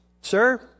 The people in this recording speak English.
Sir